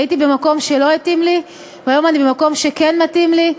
הייתי במקום שלא התאים לי והיום אני במקום שכן מתאים לי,